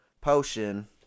Potion